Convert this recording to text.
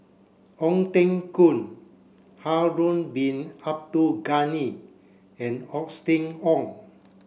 Ong Teng Koon Harun bin Abdul Ghani and Austen Ong